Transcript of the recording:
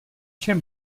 čem